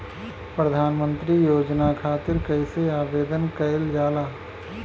प्रधानमंत्री योजना खातिर कइसे आवेदन कइल जाला?